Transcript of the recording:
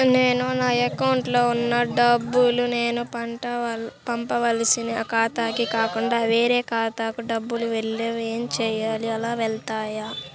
నేను నా అకౌంట్లో వున్న డబ్బులు నేను పంపవలసిన ఖాతాకి కాకుండా వేరే ఖాతాకు డబ్బులు వెళ్తే ఏంచేయాలి? అలా వెళ్తాయా?